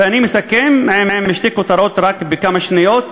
ואני מסכם עם שתי כותרות, רק בכמה שניות: